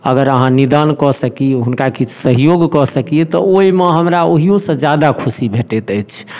अगर अहाँ निदान कऽ सकी हुनका किछु सहयोग कऽ सकी तऽ ओहिमे हमरा ओहियोसँ जादा खुशी भेटैत अछि